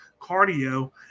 cardio